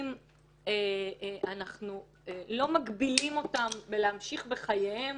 ואנחנו לא מגבילים אותם מלהמשיך בחייהם,